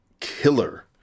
killer